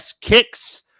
Kicks